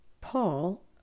Paul